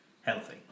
healthy